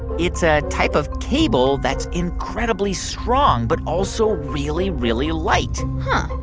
it's a type of cable that's incredibly strong but also really, really light huh.